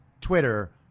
Twitter